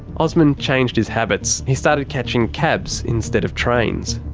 osman changed his habits he started catching cabs instead of trains.